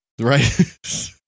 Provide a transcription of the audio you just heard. Right